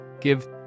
give